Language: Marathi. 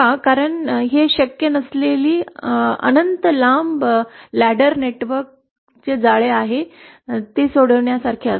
कारण हे शक्य नसलेले अनंत लांब शिडीचे जाळे सोडवण्यासारखे असेल